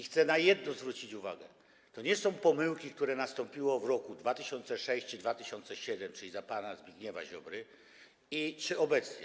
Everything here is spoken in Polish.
Chcę na jedno zwrócić uwagę: to nie są pomyłki, które nastąpiły w roku 2006 czy roku 2007 r., czyli za pana Zbigniewa Ziobry, czy obecnie.